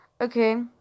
Okay